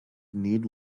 need